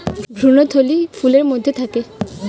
ভ্রূণথলি ফুলের মধ্যে থাকে